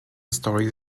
story